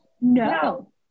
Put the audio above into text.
No